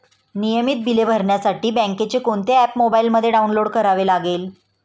नियमित बिले भरण्यासाठी बँकेचे कोणते ऍप मोबाइलमध्ये डाऊनलोड करावे लागेल?